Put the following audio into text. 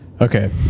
Okay